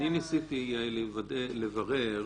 אני ניסיתי, יעל, לברר.